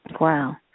Wow